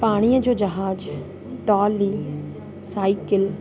पाणीअ जो जहाज टौली साइकिल